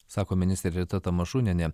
sako ministrė rita tamašunienė